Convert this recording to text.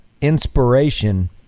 inspiration